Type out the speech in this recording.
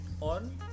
on